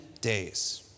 days